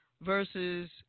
versus